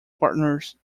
partners